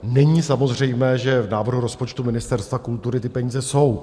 Není samozřejmé, že v návrhu rozpočtu Ministerstva kultury ty peníze jsou.